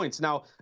Now